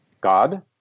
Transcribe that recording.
God